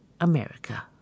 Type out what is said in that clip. America